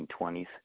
1920s